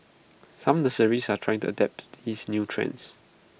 some nurseries are trying to adapt these new trends